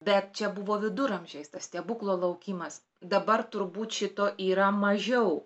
bet čia buvo viduramžiais tas stebuklo laukimas dabar turbūt šito yra mažiau